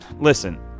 listen